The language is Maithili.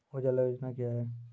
उजाला योजना क्या हैं?